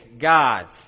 gods